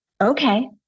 okay